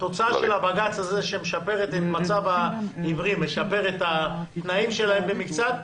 התוצאה של הבג"ץ הזה שמשפרת את מצב העיוורים ואת התנאים שלה במקצת,